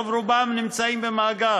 רוב-רובם נמצאים במאגר.